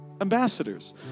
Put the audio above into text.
ambassadors